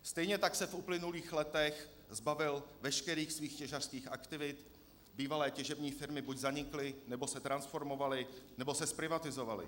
Stejně tak se v uplynulých letech zbavil veškerých svých těžařských aktivit, bývalé těžební firmy buď zanikly, nebo se transformovaly, nebo se zprivatizovaly.